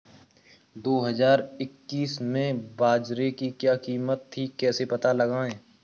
दो हज़ार इक्कीस में बाजरे की क्या कीमत थी कैसे पता लगाएँ?